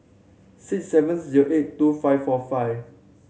six seven zero eight two five four five